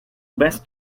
best